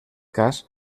cas